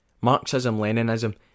Marxism-Leninism